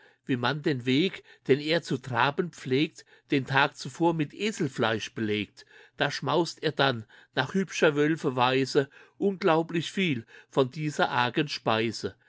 wie man den weg den er zu traben pflegt den tag zuvor mit eselsfleisch belegt da schmaust er dann nach hübscher wölfe weise unglaublich viel von dieser